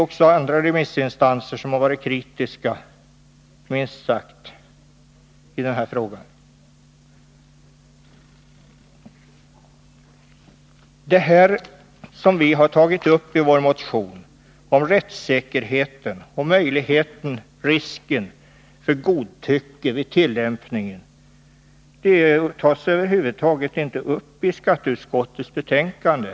Även andra remissinstanser har varit minst sagt kritiska mot förslaget. Det som vi har tagit upp i vår motion om rättssäkerheten och risken för godtycke vid tillämpningen av reglerna behandlas över huvud taget inte i skatteutskottets betänkande.